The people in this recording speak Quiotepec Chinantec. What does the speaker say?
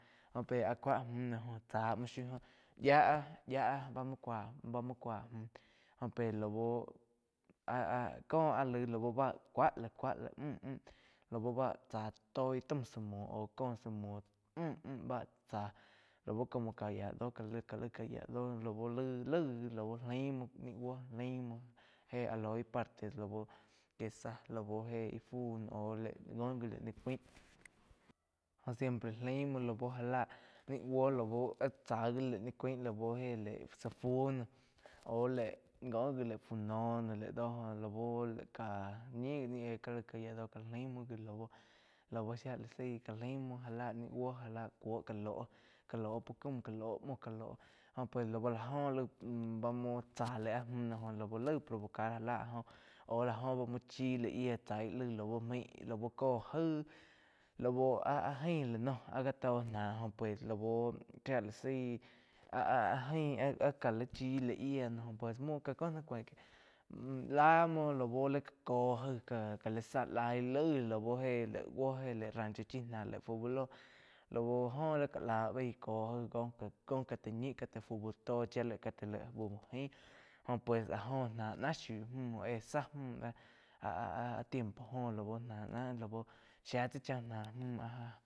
Jó pe áh cúa múh no jo chá muo shiu óh yía-yía mu cuá bá muo cúa múh joh pé lau áh-áh có áh laig lau bá la cúa mú-mú laú bá chá toi taum zá múo cóh zá muo muhn bá cháh como ka yía do ká laig ká yía do laig-laig lau laim muo ni búo laim éh áh loi parte lau que zá lau íh fu no au laig ngo ji laí ni cuáin jó. Siempre laím múo láu já lah ni buo lau áh cha gi lai ni cúain héh laig zá fu noh léh no go gi laíg fu noh laí do lau lai ka ñi gi ká yia do lau-lau shia la zaí ká laim muo já la ni buó já la kúo ká loh puo caum ká lo múo jo pues lau la joh laig bá muo tzá laig áh múh noh oh laig provocar já la áh óh lá joh bá muo chi laig yiá chai laig mai lau có jaíg lau áh-áh jain áh ga tó nah óh pues lau shía la zaí ah-ah jain ah a la chi lai yía pues muo ka ko nah cuain que lah muo lau li ka coh jai ka la záh laig laig lau héh ni buo éh laig rancho chi laig fu úh loh oh li ka lá baig ko jaig ko ka ti ñi ká ta fu bu to chia laig ka ti fu bu ain jo pues áh joh ná, náh shiu múh éh záh múh ah-ah tiempo joh lau náh na lau shia cha chá nah mu áh-áh.